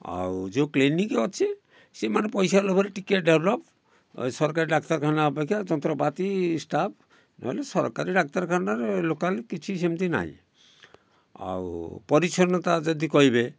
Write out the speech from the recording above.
ଆଉ ଯେଉଁ କ୍ଲିନିକ ଅଛି ସେମାନେ ପଇସା ଲୋଭରେ ଟିକେ ଡେଭଲୋପ୍ ସରକାରୀ ଡାକ୍ତରଖାନା ଅପେକ୍ଷା ଯନ୍ତ୍ରପାତି ସ୍ଟାଫ ନହେଲେ ସରକାରୀ ଡାକ୍ତରଖାନାରେ ଲୋକାଲି କିଛି ସେମିତି ନାହିଁ ଆଉ ପରିଚ୍ଛନ୍ନତା ଯଦି କହିବେ